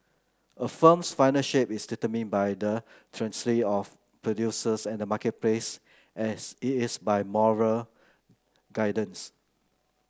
a film's final shape is determined by the of producers and the marketplace as it is by moral guardians